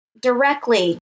Directly